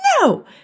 no